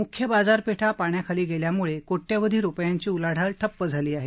मुख्य बाजारपेठा पाण्याखाली गेल्यामुळे कोट्यवधी रुपयांची उलाढाल ठप्प झाली आहे